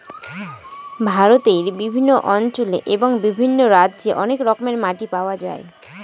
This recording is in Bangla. ভারতের বিভিন্ন অঞ্চলে এবং বিভিন্ন রাজ্যে অনেক রকমের মাটি পাওয়া যায়